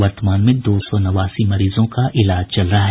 वर्तमान में दो सौ नवासी मरीजों का इलाज चल रहा है